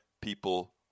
people